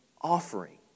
offering